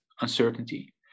uncertainty